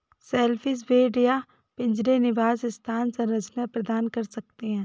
shellfish bed या पिंजरे निवास स्थान संरचना प्रदान कर सकते हैं